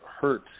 hurt